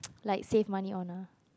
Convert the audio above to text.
like save money on ah